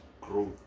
growth